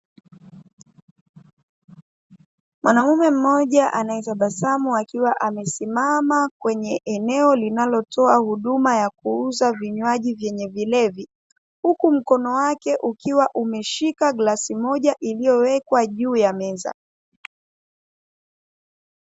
Mwanaume mmoja anaetabasamu akiwa amesimama kwenye eneo linalotoa huduma ya kuuza vinywaji vyenye vilevi, huku mkono wake ukiwa umeshika glasi moja iliyowekwa juu ya meza.